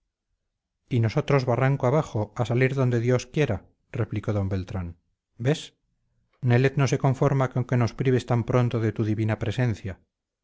y nosotros barranco abajo a salir a donde dios quiera replicó d beltrán ves nelet no se conforma con que nos prives tan pronto de tu divina presencia